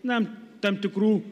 na tam tikrų